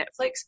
Netflix